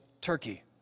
Turkey